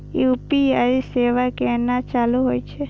UPI सेवा केना चालू है छै?